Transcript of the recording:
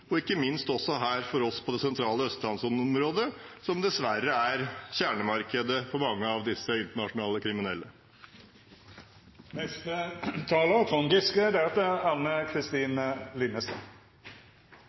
og ikke minst for oss her, på det sentrale østlandsområdet, som dessverre er kjernemarkedet for mange av disse internasjonale